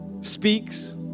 speaks